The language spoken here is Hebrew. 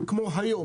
כמו היום.